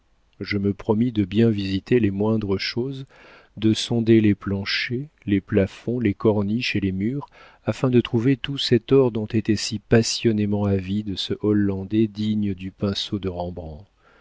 je me promis de bien visiter les moindres choses de sonder les planchers les plafonds les corniches et les murs afin de trouver tout cet or dont était si passionnément avide ce hollandais digne du pinceau de rembrandt